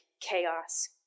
chaos